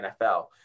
NFL